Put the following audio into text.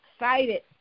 excited